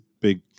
big